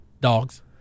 Dogs